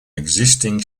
existing